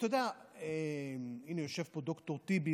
אתה יודע, הינה, יושב פה ד"ר טיבי.